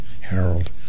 Harold